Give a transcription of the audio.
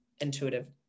intuitive